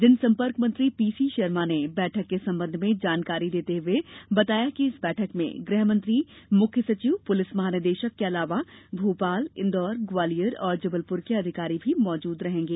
जनसंपर्क मंत्री पीसी शर्मा ने बैठक के संबंध में जानकारी देते हुए बताया कि इस बैठक में गृहमंत्री मुख्य सचिव पुलिस महानिदेशक के अलावा भोपाल इन्दौर ग्वालियर और जबलपुर के अधिकारी भी मौजूद रहेंगे